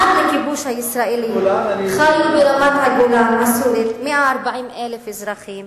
עד לכיבוש הישראלי חיו ברמת-הגולן הסורית 140,000 אזרחים